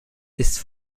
ist